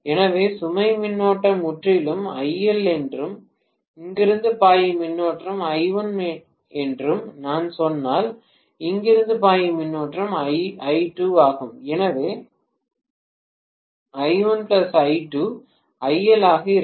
எனவே சுமை மின்னோட்டம் முற்றிலும் IL என்றும் இங்கிருந்து பாயும் மின்னோட்டம் I1 என்றும் நான் சொன்னால் இங்கிருந்து பாயும் மின்னோட்டம் I2 ஆகும் எனவே I1 I2 IL ஆக இருக்கும்